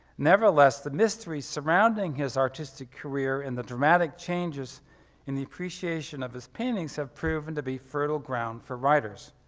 nevertheless, the mystery surrounding his artistic career and the dramatic changes in the appreciation of his paintings have proven to be fertile ground for writers.